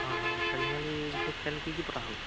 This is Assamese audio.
অঁ খেল ধেমালি পিছে খেল কি কি পতা হ'ল